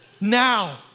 now